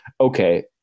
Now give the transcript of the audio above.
okay